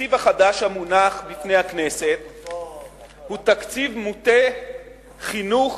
התקציב החדש המונח בפני הכנסת הוא תקציב מוטה חינוך,